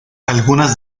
algunas